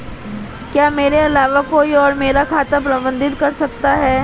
क्या मेरे अलावा कोई और मेरा खाता प्रबंधित कर सकता है?